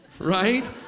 Right